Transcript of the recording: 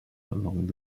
along